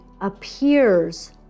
appears